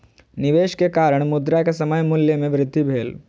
निवेश के कारण, मुद्रा के समय मूल्य में वृद्धि भेल